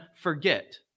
forget